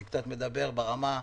אני קצת מדבר ברמה -- לא,